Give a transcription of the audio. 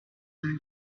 learn